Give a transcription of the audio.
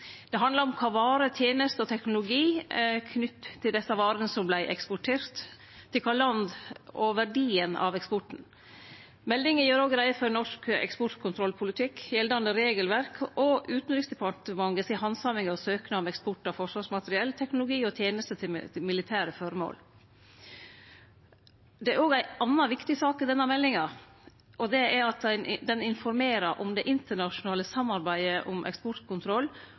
Det handlar om kva varer, tenester og teknologi knytt til desse varene som vart eksporterte, til kva land og verdien av eksporten. Meldinga gjer òg greie for norsk eksportkontrollpolitikk, gjeldande regelverk og Utanriksdepartementet si handsaming av søknader om eksport av forsvarsmateriell, teknologi og tenester til militære føremål. Det er òg ei anna viktig sak i denne meldinga, og det er at ho informerer om det internasjonale samarbeidet om eksportkontroll